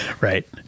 Right